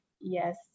yes